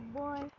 boy